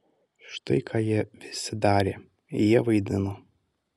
štai ką jie visi darė jie vaidino